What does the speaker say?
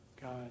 God